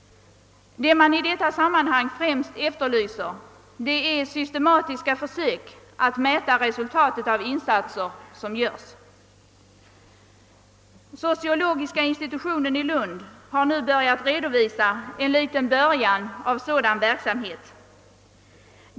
Det man i detta sammanhang främst efterlyser är systematiska försök att mäta resultatet av de insatser som gÖrs. Sociologiska institutionen i Lund har nu börjat redovisa en liten början till en sådan verksamhet.